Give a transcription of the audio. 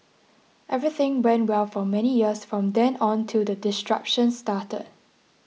everything went well for many years from then on till the disruptions started